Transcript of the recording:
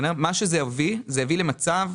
מה שהביא למצב